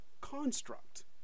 construct